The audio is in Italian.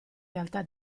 realtà